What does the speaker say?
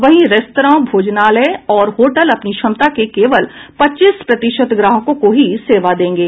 वहीं रेस्तरां भोजनालय और होटल अपनी क्षमता के केवल पच्चीस प्रतिशत ग्राहकों को ही सेवा देंगे